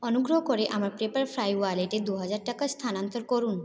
অনুগ্রহ করে আমার পেপারফ্রাই ওয়ালেটে দুহাজার টাকা স্থানান্তর করুন